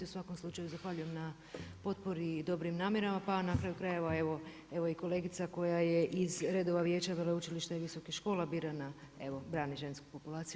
U svakom slučaju zahvaljujem na potpori i dobrim namjerama, pa na kraju krajeva evo i kolegica koja je iz redova Vijeća veleučilišta i visokih škola birana evo brani žensku populaciju.